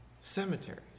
Cemeteries